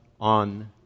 on